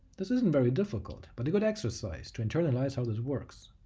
this isn't very difficult, but a good exercise to internalize how this works.